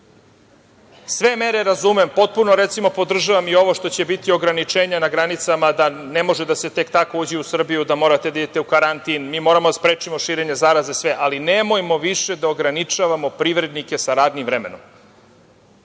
Sve mere razumem potpuno. Podržavam i ovo što će biti ograničenja na granicama, da ne može da se tek tako uđe u Srbiju, da morate da idete u karantin. Mi moramo da sprečimo širenje zaraze. Nemojmo više da ograničavamo privrednike sa radnim vremenom.